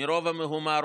מרוב המהומה,